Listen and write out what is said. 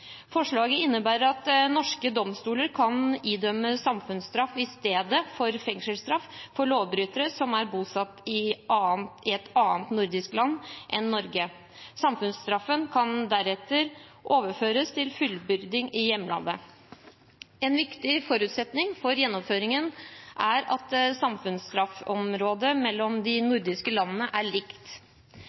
Forslaget innebærer at norske domstoler kan idømme samfunnsstraff i stedet for fengselsstraff for lovbrytere som er bosatt i et annet nordisk land enn Norge. Samfunnsstraffen kan deretter overføres til fullbyrding i hjemlandet. En viktig forutsetning for gjennomføringen er at samfunnsstraffområdet i de nordiske landene er likt,